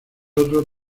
otro